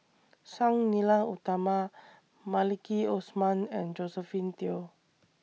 Sang Nila Utama Maliki Osman and Josephine Teo